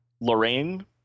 lorraine